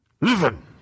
listen